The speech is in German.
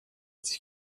sich